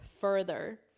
further